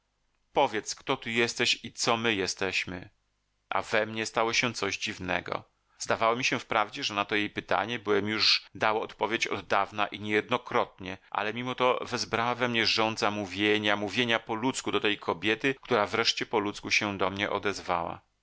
powiedz kto ty jesteś i co my jesteśmy a we mnie stało się coś dziwnego zdawało mi się wprawdzie że na to jej pytanie byłem już dał odpowiedź oddawna i niejednokrotnie ale mimo to wezbrała we mnie żądza mówienia mówienia po ludzku do tej kobiety która wreszcie po ludzku się do mnie odezwała